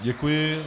Děkuji.